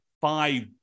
five